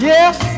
Yes